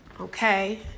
okay